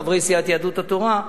חברי סיעת יהדות התורה,